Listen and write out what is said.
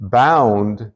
bound